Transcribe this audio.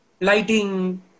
lighting